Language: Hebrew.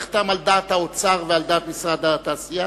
נחתם על דעת האוצר ועל דעת משרד התעשייה,